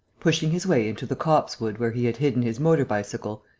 pushing his way into the copsewood where he had hidden his motor-bicycle,